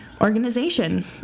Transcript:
organization